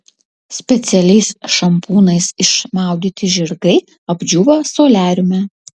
specialiais šampūnais išmaudyti žirgai apdžiūva soliariume